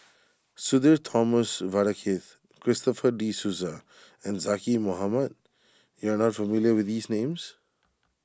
Sudhir Thomas Vadaketh Christopher De Souza and Zaqy Mohamad you are not familiar with these names